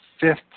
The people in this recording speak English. fifth